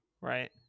right